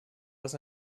das